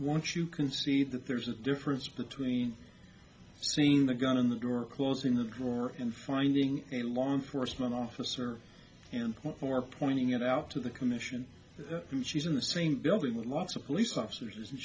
once you can see that there's a difference between scene the gun in the door closing the door and finding a law enforcement officer and or pointing it out to the commission and she's in the same building with lots of police officers and